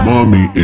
Mommy